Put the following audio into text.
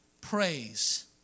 praise